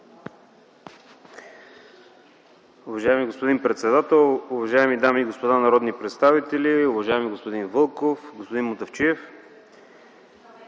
Уважаеми господин председател, уважаеми дами и господа народни представители, уважаеми господин Вълков, господин Мутафчиев!